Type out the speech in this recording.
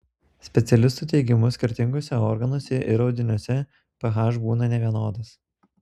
specialistų teigimu skirtinguose organuose ir audiniuose ph būna nevienodas